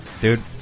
dude